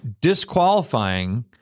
disqualifying